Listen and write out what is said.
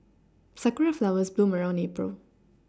sakura flowers bloom around April